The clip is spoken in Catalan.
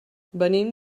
venim